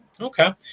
Okay